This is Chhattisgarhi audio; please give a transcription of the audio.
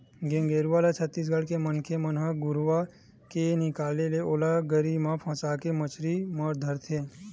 गेंगरूआ ल छत्तीसगढ़ के मनखे मन घुरुवा ले निकाले के ओला गरी म फंसाके मछरी धरथे